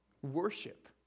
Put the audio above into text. worship